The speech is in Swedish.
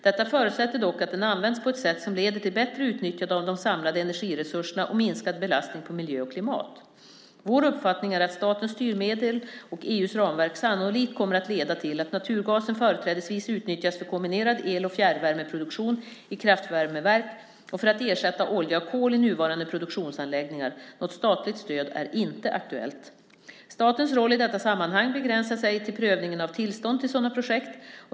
Detta förutsätter dock att den används på ett sätt som leder till bättre utnyttjande av de samlade energiresurserna och minskad belastning på miljö och klimat. Vår uppfattning är att statens styrmedel och EU:s ramverk sannolikt kommer att leda till att naturgasen företrädesvis utnyttjas för kombinerad el och fjärrvärmeproduktion i kraftvärmeverk och för att ersätta olja och kol i nuvarande produktionsanläggningar. Något statligt stöd är inte aktuellt. Statens roll i detta sammanhang begränsar sig till prövningen av tillstånd till sådana projekt.